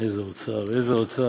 איזה אוצר, איזה אוצר,